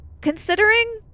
considering